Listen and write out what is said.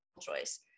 choice